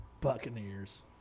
Buccaneers